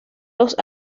los